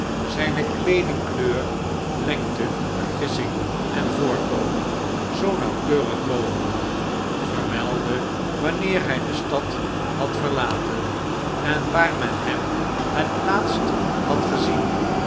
zijne kleeding kleur lengte naar gissing en voorkomen zoo nauwkeurig mogelijk vermeldde wanneer hij de stad had verlaten en waar men hem het laatst had gezien